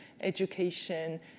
education